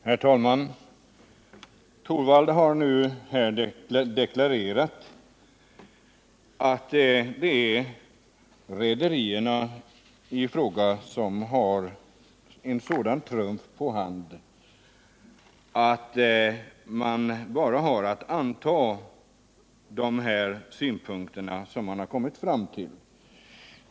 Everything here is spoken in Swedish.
Herr talman! Rune Torwald har nu deklarerat att rederierna i fråga har en sådan trumf på hand att vi bara har att anta de förslag som lagts fram.